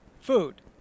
food